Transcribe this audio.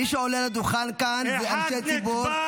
מי שעולה לדוכן כאן זה אנשי ציבור.